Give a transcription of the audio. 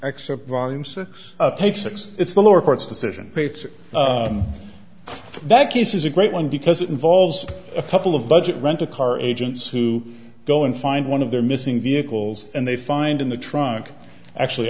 accept volume six take six it's the lower court's decision that case is a great one because it involves a couple of budget rent a car agents who go and find one of their missing vehicles and they find in the trunk actually